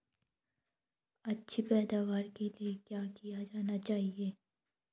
अच्छी पैदावार के लिए क्या किया जाना चाहिए?